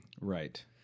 Right